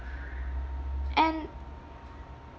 and